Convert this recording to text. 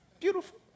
Beautiful